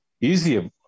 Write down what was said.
easier